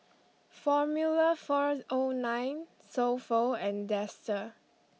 Formula fourth O nine So Pho and Dester